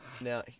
now